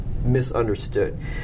misunderstood